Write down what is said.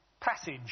passage